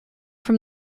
from